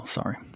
Sorry